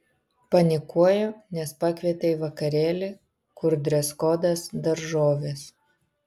panikuoju nes pakvietė į vakarėlį kur dreskodas daržovės